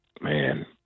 man